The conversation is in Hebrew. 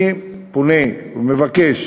אני פונה ומבקש